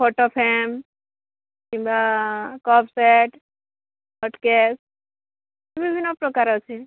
ଫଟ frame କିମ୍ୱା cup set hot case ବିଭିନ୍ନ ପ୍ରକାର ଅଛି